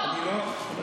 אתה ממילא לא מקשיב לנו,